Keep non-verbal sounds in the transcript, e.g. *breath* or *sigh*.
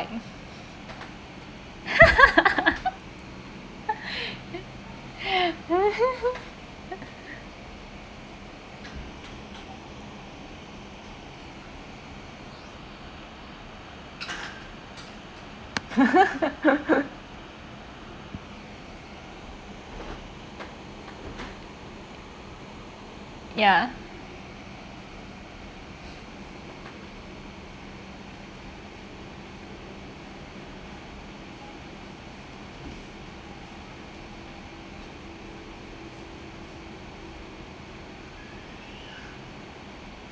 *laughs* *breath* *laughs* *noise* *laughs* *noise* ya